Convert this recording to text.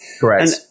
Correct